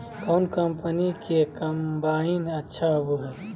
कौन कंपनी के कम्बाइन अच्छा होबो हइ?